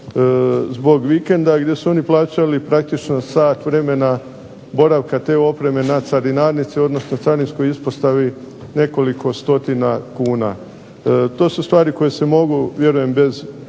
zbog vikenda, gdje su oni plaćali praktično sat vremena boravka te opreme na carinarnici, odnosno carinskoj ispostavi nekoliko stotina kuna. To su stvari koje se mogu vjerujem bez